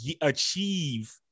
achieve